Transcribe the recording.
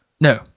No